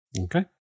Okay